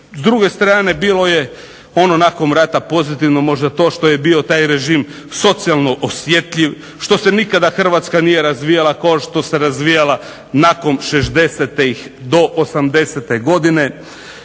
S druge strane bilo je ono nakon rata pozitivno možda to što je bio taj režim socijalno osjetljiv, što se nikada Hrvatska nije razvijala kao što se razvijala nakon 60-ih do '80. godine,